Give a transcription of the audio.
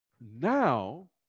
Now